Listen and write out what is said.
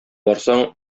барсаң